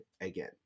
again